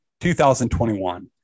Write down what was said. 2021